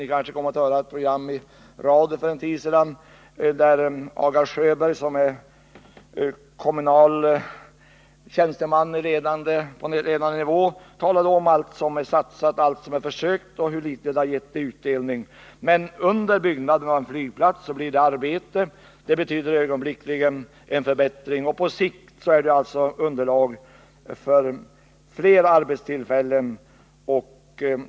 Ni kanske hörde ett program i radio för en tid sedan, där Agar Sjöberg, som är kommunal tjänsteman på ledande nivå, talade om allt som man satsat, allt som man försökt och hur litet det gett i utdelning. Men under byggandet av en flygplats blir det arbete, och det betyder ögonblickligen en förbättring. På sikt är det alltså underlag för flera arbetstillfällen.